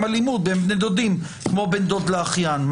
אלימות בין בני דודים כמו בין דוד לאחיין.